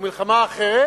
או מלחמה אחרת,